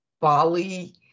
Bali